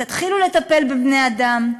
תתחילו לטפל בבני-אדם.